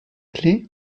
clef